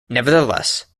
nevertheless